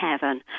heaven